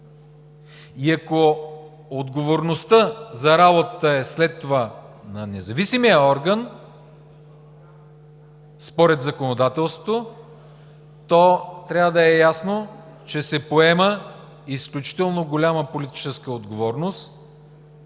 И ако отговорността за работата е след това на независимия орган според законодателството, то трябва да е ясно, че се поема изключително голяма политическа отговорност